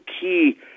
key